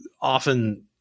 often